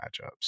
matchups